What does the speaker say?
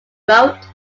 wrote